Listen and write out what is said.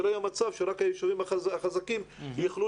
שלא יהיה מצב שרק היישובים החזקים יוכלו